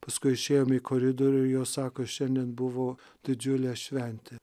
paskui išėjom į koridorių jos sako šiandien buvo didžiulė šventė